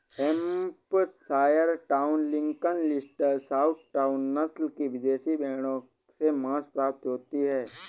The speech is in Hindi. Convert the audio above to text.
Hampshire town, Lincoln, Leicester, south town, नस्ल की विदेशी भेंड़ों से माँस प्राप्ति होती है